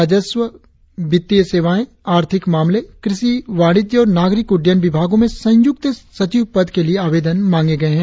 राजस्व वित्तीय सेवाएं आर्थिक मामले कृषि वाणिज्य और नागरिक उड़डयन विभागों में संयुक्त सचिव पद के लिए आवेदन मांगे गए है